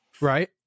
right